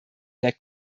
der